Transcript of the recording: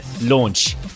Launch